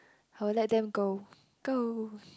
I will let them go go